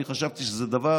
אני חשבתי שזו עזות מצח,